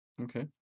okay